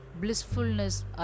blissfulness